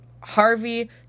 Harvey